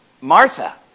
Martha